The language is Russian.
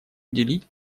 уделить